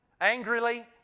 angrily